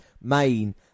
Main